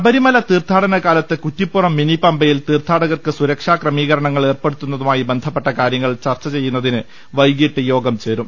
ശബരിമൂല് തീർഥാടനകാലത്ത് കുറ്റിപ്പുറം മിനി പമ്പയിൽ തീർഥാടകർക്ക് സുരക്ഷാ ക്രമീകരണങ്ങൾ ഏർപ്പെടുത്തുന്ന തുമായി ബന്ധപ്പെട്ട കാര്യങ്ങൾ ചർച്ച ചെയ്യുന്നതിന് വൈകീട്ട് യോഗം ചേരും